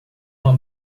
uma